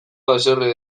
haserre